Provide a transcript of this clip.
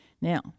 Now